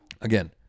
again